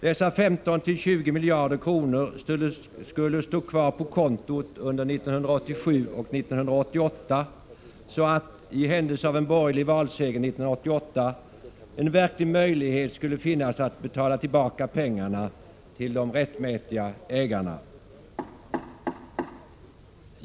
Dessa 15-20 miljarder kronor skulle stå kvar på kontot under 1987 och 1988 så att, i händelse av en borgerlig valseger 1988, en verklig möjlighet skulle finnas att betala tillbaka pengarna till de rättmätiga ägarna.